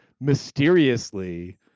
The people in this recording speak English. mysteriously